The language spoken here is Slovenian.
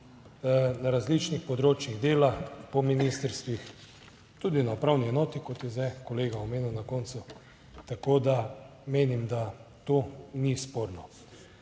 na različnih področjih dela po ministrstvih, tudi na upravni enoti, kot je zdaj kolega omenil na koncu. Tako, da menim, da to ni sporno.